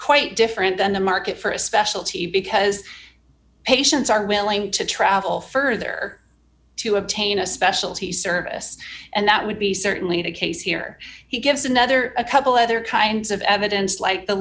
quite different than the market for a specialty because patients are willing to travel further to obtain a specialty service and that would be certainly the case here he gives another a couple other kinds of evidence like the